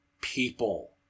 people